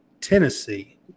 Tennessee